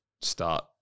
start